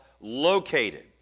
located